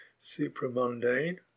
supramundane